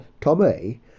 Tommy